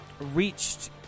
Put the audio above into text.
reached